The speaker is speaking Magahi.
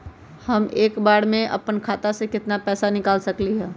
हम एक बार में अपना खाता से केतना पैसा निकाल सकली ह?